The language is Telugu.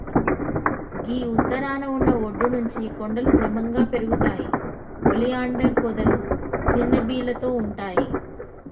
గీ ఉత్తరాన ఉన్న ఒడ్డు నుంచి కొండలు క్రమంగా పెరుగుతాయి ఒలియాండర్ పొదలు సిన్న బీలతో ఉంటాయి